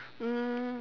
um